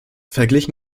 verglichen